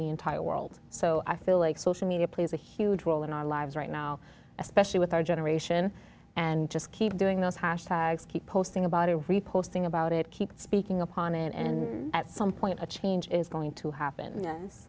the entire world so i feel like social media plays a huge role in our lives right now especially with our generation and just keep doing those hashtags keep posting about it reports think about it keep speaking upon it and at some point a change is going to happen yes